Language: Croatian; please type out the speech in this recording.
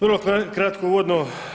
Vrlo kratko uvodno.